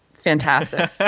Fantastic